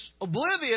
oblivious